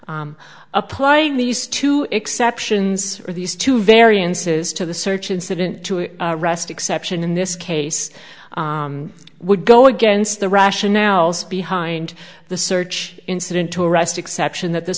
arrest applying these two exceptions or these two variances to the search incident to rest exception in this case would go against the rationales behind the search incident to arrest exception that the